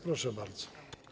Proszę bardzo.